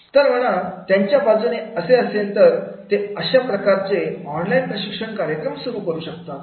तर म्हणा त्यांच्या बाजूने असेल तर ते अशा प्रकारचे ऑनलाईन प्रशिक्षण कार्यक्रम सुरू करू शकतात